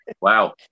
wow